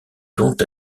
dont